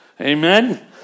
Amen